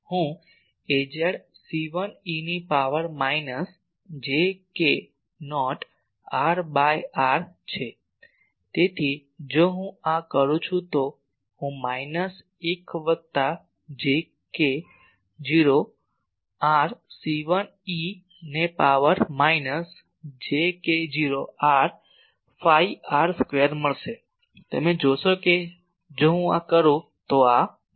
હું Az c1 eની power minus j k naught r ભાગ્યા r છે તેથી જો હું આ કરું છું તો હું માઇનસ 1 વત્તા j k0 r C1 e ને power minus j k0 r phi r square મળશે તમે જોશો કે જો હું આ કરું તો આ મળશે